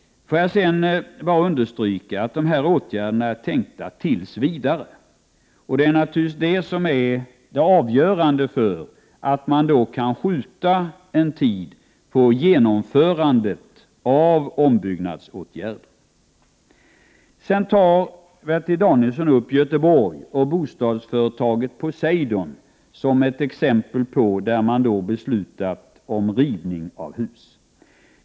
Jag vill understryka att åtgärderna är avsedda att gälla tills vidare. Det är naturligtvis detta som är avgörande för att man kan skjuta någon tid på genomförandet av ombyggnadsåtgärder. Bertil Danielsson tar upp bostadsföretaget Poseidon i Göteborg som exempel på ett fall där man beslutat om rivning av ett hus.